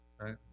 Right